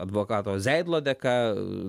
advokato zeidlo dėka